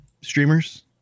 streamers